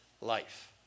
life